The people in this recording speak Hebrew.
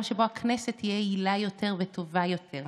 שבו הכנסת תהיה יעילה יותר וטובה יותר.